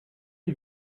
you